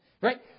right